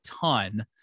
ton